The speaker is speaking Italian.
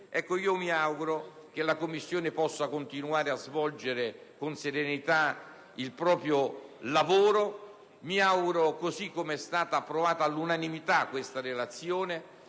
Mi auguro che la Commissione possa continuare a svolgere con serenità il proprio lavoro e che, così com'è stata approvata all'unanimità questa relazione